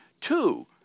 two